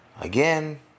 Again